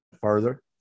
further